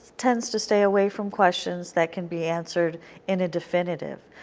tends to stay away from questions that can be answered in a definitive.